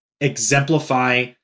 exemplify